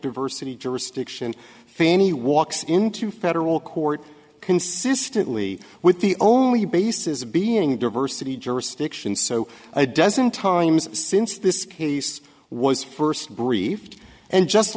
diversity jurisdiction fani walks into federal court consistently with the only bases being diversity jurisdiction so a dozen times since this case was first briefed and just